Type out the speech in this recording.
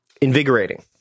invigorating